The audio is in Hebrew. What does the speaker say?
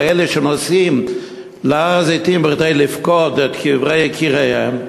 לאלה שנוסעים להר-הזיתים כדי לפקוד את קברי יקיריהם,